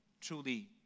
truly